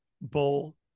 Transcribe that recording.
Bull